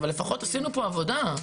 אבל לפחות עשינו פה עבודה.